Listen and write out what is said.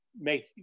make